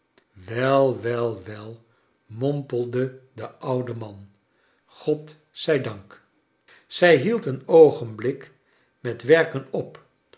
wel wel wel mompelde de oude man god zij dank zij hield een oogenblik met werken op